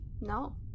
no